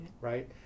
right